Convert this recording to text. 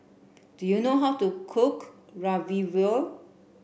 do you know how to cook Ravioli